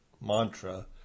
mantra